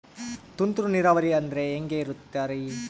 ತುಂತುರು ನೇರಾವರಿ ಅಂದ್ರೆ ಹೆಂಗೆ ಇರುತ್ತರಿ?